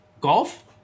Golf